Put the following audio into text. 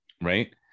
Right